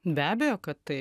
be abejo kad taip